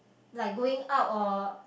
like going out or